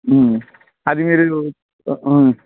అది మీరు